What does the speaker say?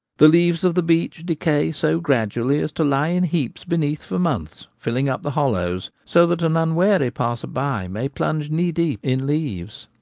the leaves of the beech decay so gradually as to lie in heaps beneath for months, filling up the hollows, so that an un wary passer-by may plunge knee-deep in leaves.